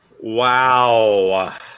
Wow